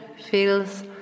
feels